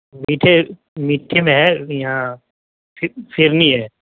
میٹھے میٹھے میں ہے یہاں فیرنی ہے